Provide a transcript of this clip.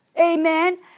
amen